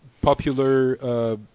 popular